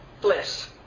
bliss